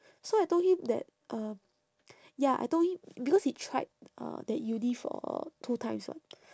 so I told him that um ya I told him because he tried uh that uni for two times [what]